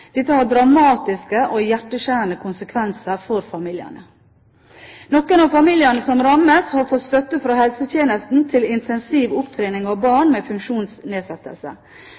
Dette har dramatiske og hjerteskjærende konsekvenser for familiene. Noen av familiene som rammes, har fått støtte fra helsetjenesten til intensiv opptrening av barn med